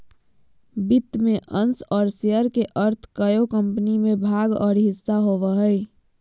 वित्त में अंश और शेयर के अर्थ कोय कम्पनी में भाग और हिस्सा होबो हइ